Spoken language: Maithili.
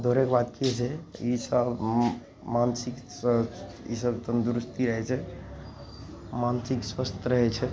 दौड़ैके बाद कि होइ छै ईसब मान मानसिक स्वस्थ ईसब तन्दुरुस्ती रहै छै मानसिक स्वस्थ रहै छै